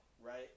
right